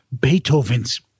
Beethoven's